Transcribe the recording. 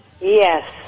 Yes